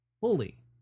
Fully